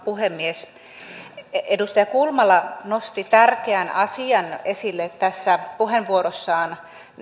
puhemies edustaja kulmala nosti tärkeän asian esille puheenvuorossaan